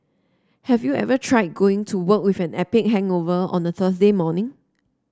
have you ever tried going to work with an epic hangover on a Thursday morning